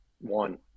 One